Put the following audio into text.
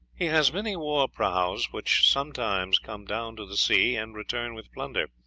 he has many war prahus, which sometimes come down to the sea and return with plunder,